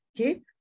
Okay